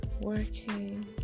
working